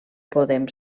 podem